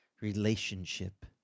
relationship